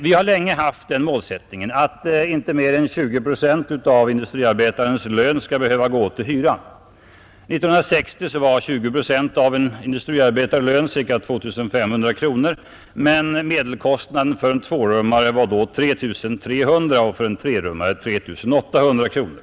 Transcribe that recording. Vi har länge haft den målsättningen att inte mer än 20 procent av industriarbetarens lön skall behöva gå till hyran, År 1960 var 20 procent av en industriarbetarlön ca 2 500 kronor, men medelkostnaden för en tvårummare var då 3 300 och för en trerummare 3 800 kronor.